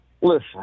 listen